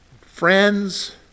friends